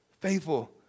Faithful